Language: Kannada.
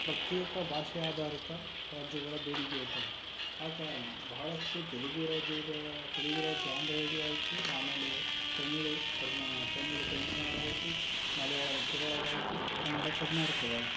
ಪ್ರತ್ಯೇಕ ಭಾಷ್ಯಾಧಾರಿತ ರಾಜ್ಯಗಳ ಬೇಡಿಕೆ ಇಟ್ಟರು ಆ ಕಾರಣ ಬಹಳಷ್ಟು ತೆಲುಗು ರಾಜ್ಯರ ತೆಲುಗು ರಾಜ್ಯ ಆಂಧ್ರ ವಡಿ ಆಯಿತು ಆಮೇಲೆ ತಮಿಳು ಕರ್ನಾ ತಮಿಳು ತಮಿಳುನಾಡಾಯಿತು ಮಲಯಾಳಂ ಕೇರಳವಾಯಿತು ಕನ್ನಡ ಕರ್ನಾಟಕವಾಯಿತು